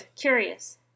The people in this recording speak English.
Curious